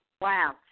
Wow